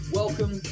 welcome